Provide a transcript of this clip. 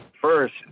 first